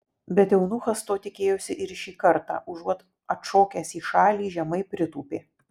bet eunuchas to tikėjosi ir šį kartą užuot atšokęs į šalį žemai pritūpė